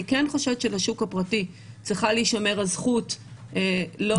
אני כן חושבת שבשוק הפרטי צריכה להישמר הזכות להחמיר.